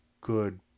good